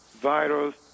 virus